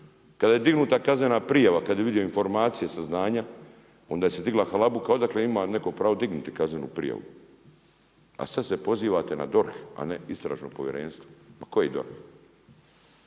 kada je dignuta kaznena prijava, kada je vidio informacije i saznanja onda se je digla halabuka odakle ima netko pravo dignuti kaznenu prijavu. A sada se pozivate na DORH a ne istražno povjerenstvo. Ma koji DORH?